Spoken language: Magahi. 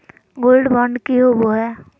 गोल्ड बॉन्ड की होबो है?